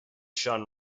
shun